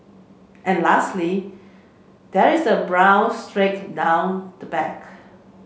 and lastly there is a brown streak down the back